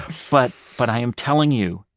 but but i am telling you,